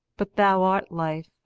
but thou art life,